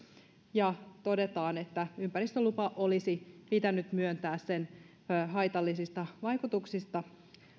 ja todetaan että ympäristölupa olisi pitänyt myöntää sen haitallisista vaikutuksista